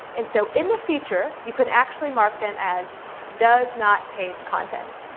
and so in the feature, you can actually mark them as does not change content.